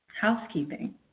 housekeeping